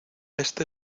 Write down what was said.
éste